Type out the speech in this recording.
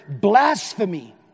blasphemy